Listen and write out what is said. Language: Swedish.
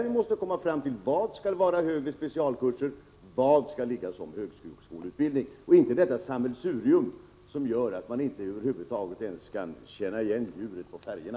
Vi måste komma fram till vad som skall vara högre specialkurser och vad som skall vara högskoleutbildning. Det får inte vara ett sammelsurium som gör att man över huvud taget inte ens kan känna igen djuret på färgerna.